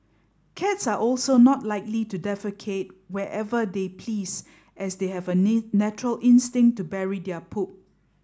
cats are also not likely to defecate wherever they please as they have a natural instinct to bury their poop